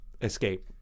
escape